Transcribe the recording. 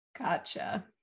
Gotcha